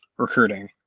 recruiting